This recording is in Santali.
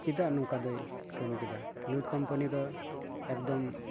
ᱪᱮᱫᱟᱜ ᱱᱚᱝᱠᱟ ᱫᱚᱭ ᱠᱟᱹᱢᱤ ᱠᱮᱫᱟ ᱱᱩᱭ ᱠᱳᱢᱯᱟᱱᱤ ᱫᱚ ᱮᱠᱫᱚᱢ